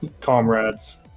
comrades